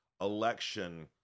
election